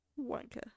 Wanker